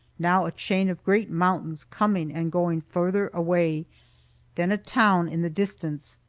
now a chain of great mountains, coming and going farther away then a town in the distance,